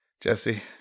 Jesse